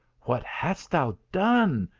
what hast thou done?